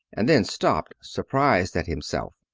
and then stopped, surprised at himself.